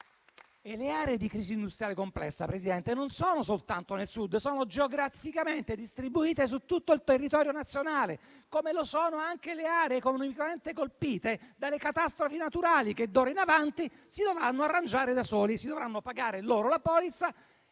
ultime, signor Presidente, non sono soltanto al Sud, ma sono geograficamente distribuite su tutto il territorio nazionale, come lo sono anche le aree economicamente colpite dalle catastrofi naturali, che d'ora in avanti si dovranno arrangiare da sole. Si dovranno pagare loro la polizza